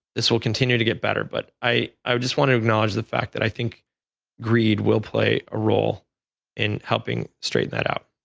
this will continue to get better, but i i would just want to acknowledge the fact that i think greed will play a role in helping straighten that up.